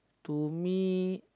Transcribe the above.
to me